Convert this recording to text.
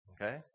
Okay